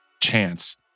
chance